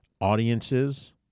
audiences